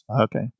Okay